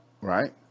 Right